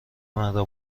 مرا